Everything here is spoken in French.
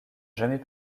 jamais